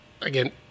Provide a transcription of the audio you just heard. again